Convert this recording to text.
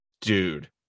Dude